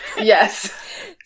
Yes